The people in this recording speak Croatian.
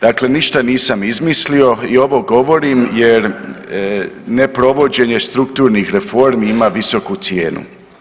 Dakle, ništa nisam izmislio i ovo govorim jer neprovođenje strukturnih reformi ima visoku cijenu.